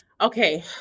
Okay